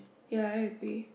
ya I agree